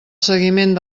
seguiment